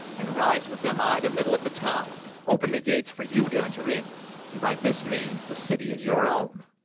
and rise with them i' the middle of the town, open the gates for you to enter in and by this means the city is your own.